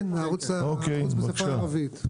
כן, הערוץ בשפה הערבית.